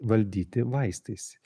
valdyti vaistais